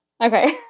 Okay